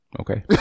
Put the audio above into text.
Okay